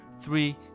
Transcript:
three